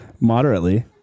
Moderately